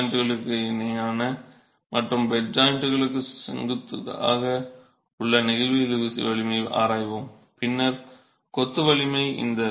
மற்றும் பெட் ஜாய்ன்ட்களுக்கு இணையான மற்றும் பெட் ஜாய்ன்ட்களுக்கு செங்குத்தாக உள்ள நெகிழ்வு இழுவிசை வலிமையை ஆராய்வோம் பின்னர் கொத்து வெட்டு வலிமை